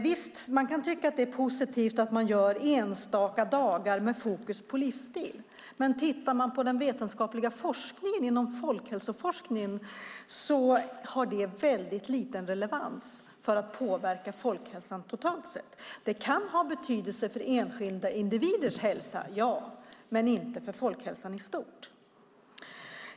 Visst, man kan tycka att det är positivt att det anordnas enstaka dagar med fokus på livsstil, men om vi tittar på den vetenskapliga forskningen om folkhälsa har det mycket liten relevans för att påverka folkhälsan totalt sett. Det kan ha betydelse för enskilda individers hälsa ja, men inte för folkhälsan i stort.